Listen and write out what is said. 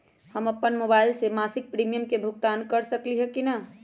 हम अपन मोबाइल से मासिक प्रीमियम के भुगतान कर सकली ह की न?